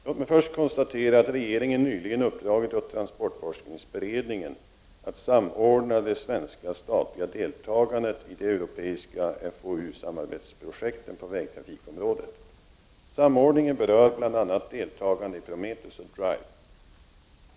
Låt mig först konstatera att regeringen nyligen uppdragit åt transportforskningsberedningen att samordna det svenska statliga deltagandet i de europeiska FoU-samarbetsprojekten på vägtrafikområdet. Samordningen berör bl.a. deltagandet i Prometheus och DRIVE.